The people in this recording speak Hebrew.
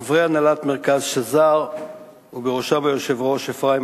חברי הנהלת מרכז שזר ובראשם היושב-ראש אפרים